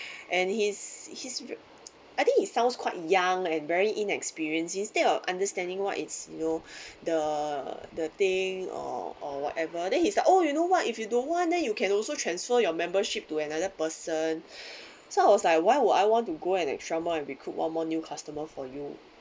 and he's he's I think he sounds quite young and very inexperienced instead of understanding what it's you know the the thing or or whatever then he's like oh you know what if you don't want then you can also transfer your membership to another person so I was like why would I want to go an extra mile and recruit one more new customer for you